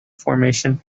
formation